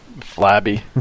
Flabby